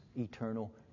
eternal